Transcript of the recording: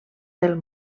del